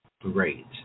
great